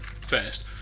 first